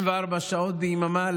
24 שעות ביממה,